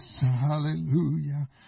Hallelujah